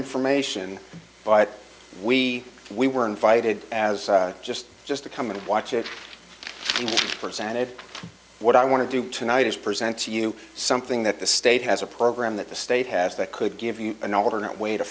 information but we we were invited as just just to come and watch it presented what i want to do tonight is present to you something that the state has a program that the state has that could give you an alternate way to